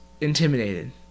intimidated